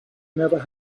never